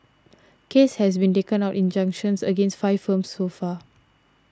case has been taken out injunctions against five firms so far